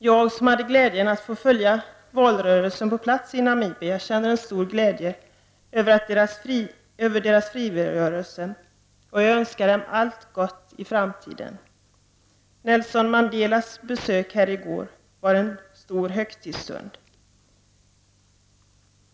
Jag, som hade glädjen att få följa valrörelsen på plats i Namibia, känner en stor glädje över deras frigörelse, och jag önskar dem allt gott i framtiden. Nelson Mandelas besök här i går var en stor högtidsstund.